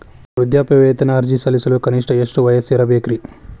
ವೃದ್ಧಾಪ್ಯವೇತನ ಅರ್ಜಿ ಸಲ್ಲಿಸಲು ಕನಿಷ್ಟ ಎಷ್ಟು ವಯಸ್ಸಿರಬೇಕ್ರಿ?